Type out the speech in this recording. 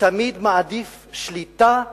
תמיד מעדיף "שליטה",